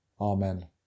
Amen